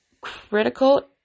critical